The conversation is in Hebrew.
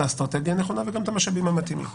האסטרטגיה הנכונה וגם את המשאבים המתאימים.